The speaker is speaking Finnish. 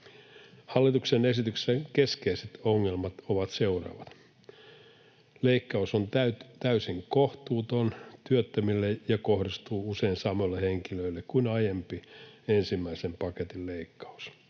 Hallituksen esityksen keskeiset ongelmat ovat seuraavat: 1) Leikkaus on täysin kohtuuton työttömille ja kohdistuu usein samoille henkilöille kuin aiempi, ensimmäisen paketin leikkaus.